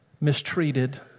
mistreated